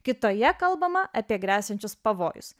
kitoje kalbama apie gresiančius pavojus